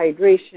hydration